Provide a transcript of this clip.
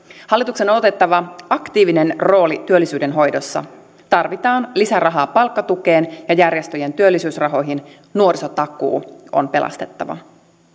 hallituksen on on otettava aktiivinen rooli työllisyyden hoidossa tarvitaan lisärahaa palkkatukeen ja järjestöjen työllisyysrahoihin nuorisotakuu on pelastettava